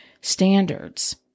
standards